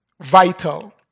vital